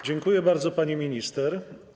Dziękuję bardzo, pani minister.